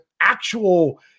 actual